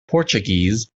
portuguese